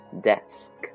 desk